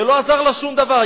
לא עזר לה שום דבר.